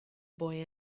boy